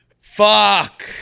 Fuck